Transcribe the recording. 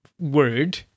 word